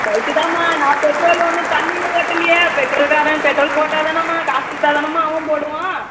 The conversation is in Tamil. ரைட்டுதாம்மா நான் பெட்ரோல் ஒன்றும் தண்ணியில் ஒட்டலையே பெட்ரோல்க்காரன் பெட்ரோல் போட்டால்தானம்மா காசு கொடுத்தாதானம்மா அவன் போடுவான்